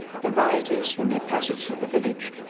the rioters, in their passage through the village,